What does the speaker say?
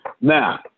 Now